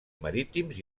marítims